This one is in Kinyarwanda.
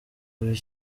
buri